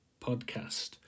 podcast